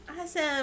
Awesome